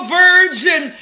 virgin